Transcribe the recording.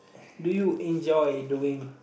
do you enjoy doing